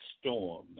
storm